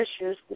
issues